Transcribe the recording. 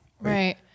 Right